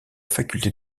faculté